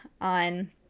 on